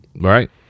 right